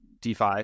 DeFi